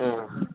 ஆ